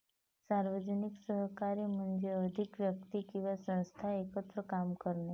सार्वजनिक सहकार्य म्हणजे अधिक व्यक्ती किंवा संस्था एकत्र काम करणे